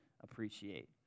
appreciate